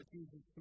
Jesus